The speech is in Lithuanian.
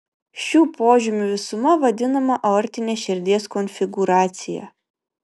šių požymių visuma vadinama aortine širdies konfigūracija